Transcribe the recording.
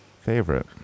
favorite